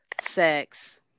sex